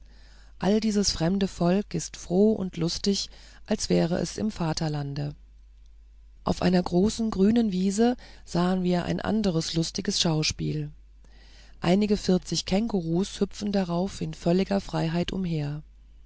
alles dieses fremde volk ist froh und lustig als wäre es im vaterlande auf einer großen grünen wiese sahen wir ein anderes lustiges schauspiel einige vierzig känguruhs hüpften darauf in völliger freiheit umher